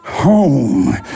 home